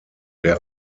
der